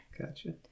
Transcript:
Gotcha